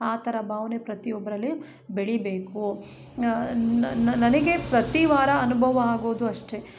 ಆ ಥರ ಭಾವ್ನೆ ಪ್ರತಿಒಬ್ಬರಲ್ಲಿ ಬೆಳೀಬೇಕು ಆ ನನಗೆ ಪ್ರತಿವಾರ ಅನುಭವ ಆಗೋದು ಅಷ್ಟೇ